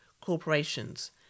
corporations